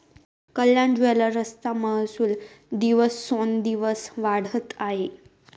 कल्याण ज्वेलर्सचा महसूल दिवसोंदिवस वाढत आहे